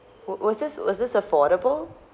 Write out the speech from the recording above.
wa~ was this was this affordable